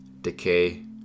decay